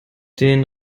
den